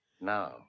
Now